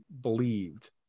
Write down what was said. believed